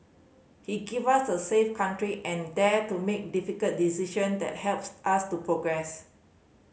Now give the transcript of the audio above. he give us a safe country and dared to make difficult decision that helps us to progress